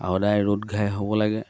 আৰু সদায় ৰ'দ ঘাই হ'ব লাগে